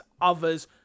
others